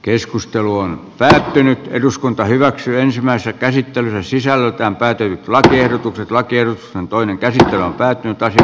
keskustelu on päättynyt eduskunta hyväksyy ensimmäistä käsittelyä sisällöltään päättyy platini ehdotukset lakien on toinen kerta päättyy osia